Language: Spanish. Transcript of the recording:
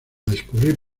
descubrir